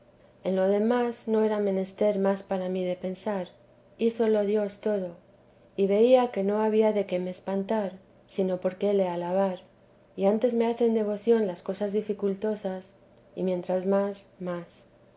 en lo demás no era menester más para mí de pensar hízolo dios todo y veía que no había de qué me espantar sino por qué le alabar yantes me hacen devoción las cosas dificultosas y mientras más más